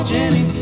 Jenny